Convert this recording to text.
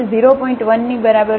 1 ની બરાબર છે